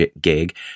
gig